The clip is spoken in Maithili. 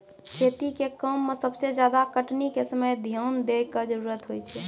खेती के काम में सबसे ज्यादा कटनी के समय ध्यान दैय कॅ जरूरत होय छै